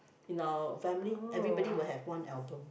in our family everybody will have one album